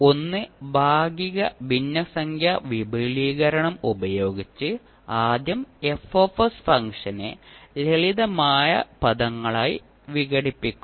ഒന്ന് ഭാഗിക ഭിന്നസംഖ്യ വിപുലീകരണം ഉപയോഗിച്ച് ആദ്യം F ഫംഗ്ഷനെ ലളിതമായ പദങ്ങളായി വിഘടിപ്പിക്കും